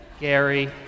Gary